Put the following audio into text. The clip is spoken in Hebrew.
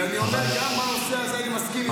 ואני אומר שגם בנושא הזה אני מסכים איתך.